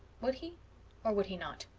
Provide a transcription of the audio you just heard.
would he or would he not?